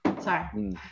Sorry